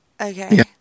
Okay